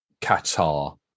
Qatar